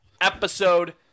episode